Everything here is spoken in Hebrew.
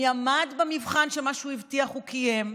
מי עמד במבחן, שמה שהוא הבטיח, הוא קיים,